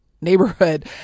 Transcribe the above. neighborhood